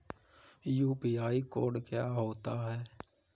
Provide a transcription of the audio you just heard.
UPI code क्या होता है?